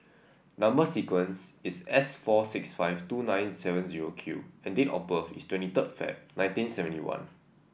number sequence is S four six five two nine seven zero Q and date of birth is twenty third Feb nineteen seventy one